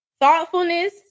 Thoughtfulness